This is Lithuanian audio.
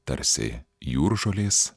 tarsi jūržolės